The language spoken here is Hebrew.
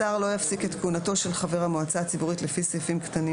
(ו)השר לא יפסיק את כהונתו של חבר המועצה הציבורית לפי סעיפים קטנים